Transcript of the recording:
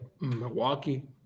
Milwaukee